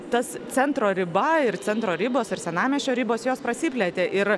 tas centro riba ir centro ribos ir senamiesčio ribos jos prasiplėtė ir